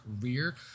career